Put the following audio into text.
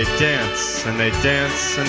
dance. and they'd dance and